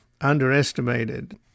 underestimated